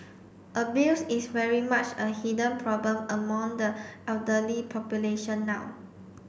abuse is very much a hidden problem among the elderly population now